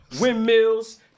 windmills